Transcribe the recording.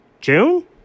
June